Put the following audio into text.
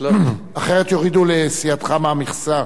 אחרת יורידו לסיעתך מהמכסה.